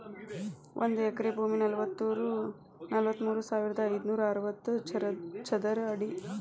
ಒಂದ ಎಕರೆ ಭೂಮಿ ನಲವತ್ಮೂರು ಸಾವಿರದ ಐದನೂರ ಅರವತ್ತ ಚದರ ಅಡಿ